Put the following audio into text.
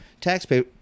taxpayer